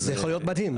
זה יכול להיות מדהים.